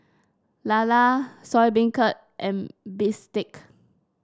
lala Soya Beancurd and bistake